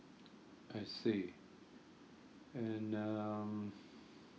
I see and um